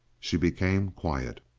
she became quiet.